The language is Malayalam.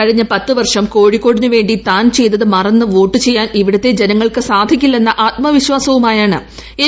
കഴിഞ്ഞ പത്തു വർഷം കോഴിക്കോടിനു വേണ്ടി താൻ ചെയ്തതു മറന്നു വോട്ടു ചെയ്യാൻ ഇവിടുത്തെ ജനങ്ങൾക്കു സാധിക്കില്ലെന്ന ആത്മവിശ്വാസവുമായാണ് എം